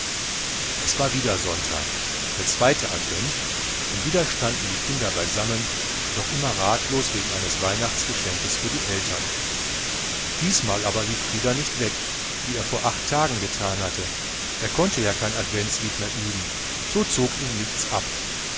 es war wieder sonntag der zweite advent und wieder standen die kinder beisammen noch immer ratlos wegen eines weihnachtsgeschenks für die eltern diesmal lief aber frieder nicht weg wie er vor acht tagen getan hatte er konnte ja kein adventlied mehr üben so zog ihn nichts ab